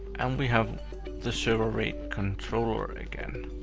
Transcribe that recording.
and we have the serveraid controller again.